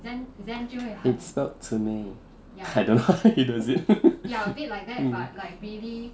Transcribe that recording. it spoke to me I don't know how he does it mm